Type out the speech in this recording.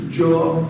job